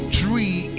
tree